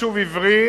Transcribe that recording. יישוב עברי,